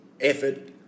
effort